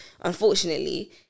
unfortunately